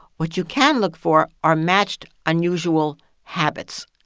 what you can look for are matched unusual habits.